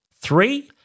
Three